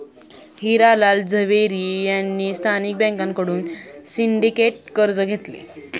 हिरा लाल झवेरी यांनी स्थानिक बँकांकडून सिंडिकेट कर्ज घेतले